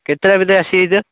କେତେଟା ଭିତରେ ଆସିଯାଇଥିବ